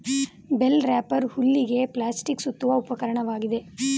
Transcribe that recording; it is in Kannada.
ಬೇಲ್ ರಾಪರ್ ಹುಲ್ಲಿಗೆ ಪ್ಲಾಸ್ಟಿಕ್ ಸುತ್ತುವ ಉಪಕರಣವಾಗಿದೆ